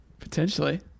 Potentially